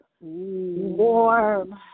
warm